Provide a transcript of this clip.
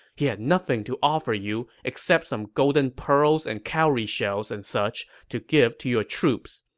he had nothing to offer you except some golden pearls and cowry shells and such to give to your troops.